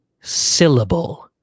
Syllable